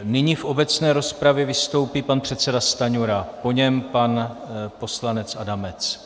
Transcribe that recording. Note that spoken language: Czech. Nyní v obecné rozpravě vystoupí pan předseda Stanjura, po něm pan poslanec Adamec.